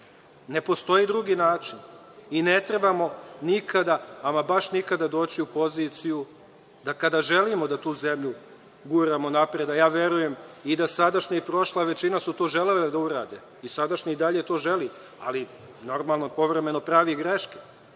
Ne postoji drugi način i ne trebamo nikada, ama baš nikada doći u poziciju da kada želimo da tu zemlju guramo napred, a ja verujem da su i sadašnja i prošla većina to želele da urade, sadašnja i dalje to želi, ali, normalno, povremeno pravi greške,